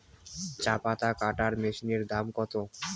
চাপাতা কাটর মেশিনের দাম কত?